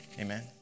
Amen